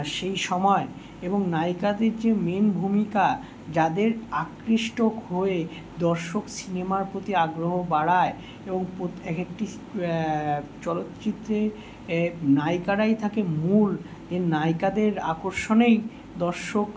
সেই সময় এবং নায়িকাদের যে মেন ভূমিকা যাদের আকৃষ্ট হয়ে দর্শক সিনেমার প্রতি আগ্রহ বাড়ায় এবং পো এক একটি চলচ্চিত্রের নায়িকারাই থাকে মূল এই নায়িকাদের আকর্ষণেই দর্শক